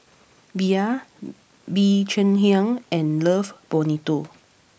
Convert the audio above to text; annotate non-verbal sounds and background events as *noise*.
Bia *hesitation* Bee Cheng Hiang and Love Bonito